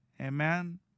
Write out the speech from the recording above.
Amen